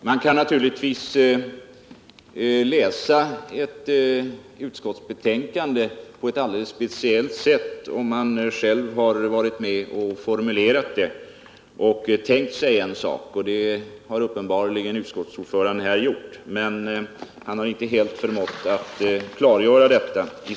Herr talman! Man kan naturligtvis läsa ett utskottsbetänkande på ett alldeles speciellt sätt om man själv varit med och formulerat det och tänkt sig innehållet på ett särskilt sätt. Det är uppenbarligen vad utskottsordföranden har gjort. Men han har i så fall inte helt förmått klargöra meningen.